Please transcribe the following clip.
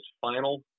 final